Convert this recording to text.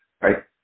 right